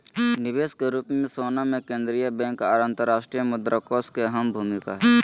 निवेश के रूप मे सोना मे केंद्रीय बैंक आर अंतर्राष्ट्रीय मुद्रा कोष के अहम भूमिका हय